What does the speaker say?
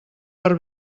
per